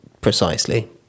precisely